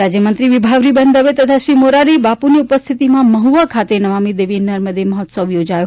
રાજ્યમંત્રી વિભાવરીબેન દવે તથા શ્રી મોરારબાપુની ઉપસ્થિતિમાં મહુવા ખાતે નમામિ દેવી નર્મદે મહોત્સવ ઉજવાયો